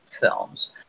films